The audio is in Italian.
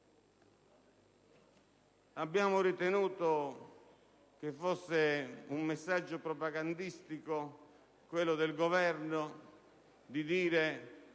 Abbiamo ritenuto che fosse un messaggio propagandistico quello del Governo quando